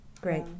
Great